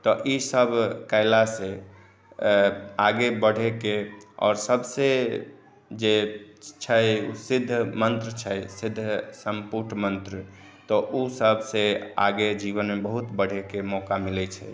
तऽ ई सभ कयलासँ आगे बढ़ेके आओर सभसँ जे छै सिद्ध मन्त्र छै सिद्ध सम्पूट मन्त्र तऽ ओ सभसँ आगे जीवनमे बहुत बढ़ैके मौका मिलैत छै